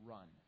Run